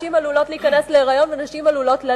נשים עלולות להיכנס להיריון ונשים עלולות ללדת,